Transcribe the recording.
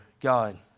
God